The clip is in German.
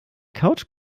couch